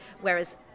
Whereas